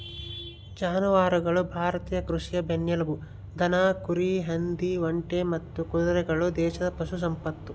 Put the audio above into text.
ಜಾನುವಾರುಗಳು ಭಾರತೀಯ ಕೃಷಿಯ ಬೆನ್ನೆಲುಬು ದನ ಕುರಿ ಹಂದಿ ಒಂಟೆ ಮತ್ತು ಕುದುರೆಗಳು ದೇಶದ ಪಶು ಸಂಪತ್ತು